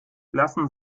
lassen